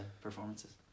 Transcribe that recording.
performances